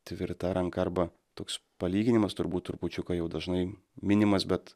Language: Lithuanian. tvirta ranka arba toks palyginimas turbūt trupučiuką jau dažnai minimas bet